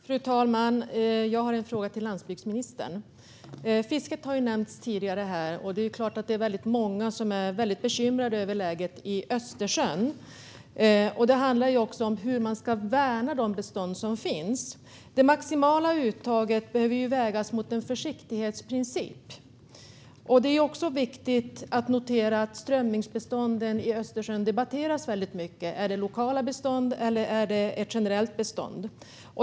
Fru talman! Jag har en fråga till landsbygdsministern. Fisket har nämnts tidigare här. Det är klart att det är väldigt många som är bekymrade över läget i Östersjön. Det handlar också om hur man ska värna de bestånd som finns. Det maximala uttaget behöver vägas mot en försiktighetsprincip. Det är också viktigt att notera att strömmingsbestånden i Östersjön debatteras väldigt mycket. Är det lokala bestånd eller är det ett generellt bestånd?